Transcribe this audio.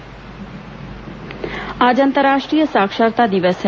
अंतर्राष्ट्रीय साक्षरता दिवस आज अंतर्राष्ट्रीय साक्षरता दिवस है